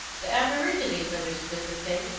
the aborigines understood the thing.